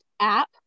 app